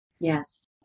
Yes